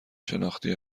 شناختی